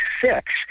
six